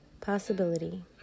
possibility